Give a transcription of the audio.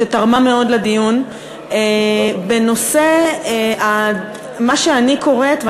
שתרמה מאוד לדיון בנושא שאני קוראת לו,